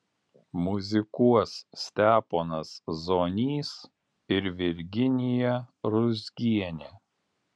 muzikuos steponas zonys ir virginija ruzgienė